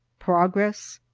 progress,